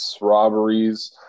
robberies